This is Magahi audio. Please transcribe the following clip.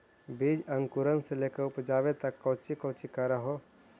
बीज अंकुरण से लेकर उपजाबे तक कौची कौची कर हो?